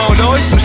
noise